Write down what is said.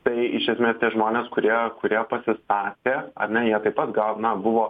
tai iš esmės tie žmonės kurie kurie pasistatė ar ne jie taip pat gau na buvo